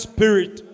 Spirit